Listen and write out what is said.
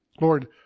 Lord